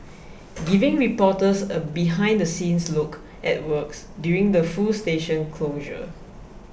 giving reporters a behind the scenes look at works during the full station closure